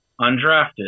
undrafted